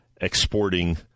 exporting